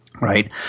right